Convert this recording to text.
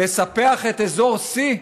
לספח את אזור C?